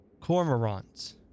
Cormorants